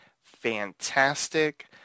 fantastic